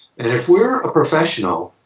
and if we're a professional,